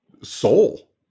soul